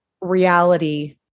reality